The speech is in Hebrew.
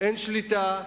אין שליטה,